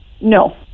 No